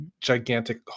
gigantic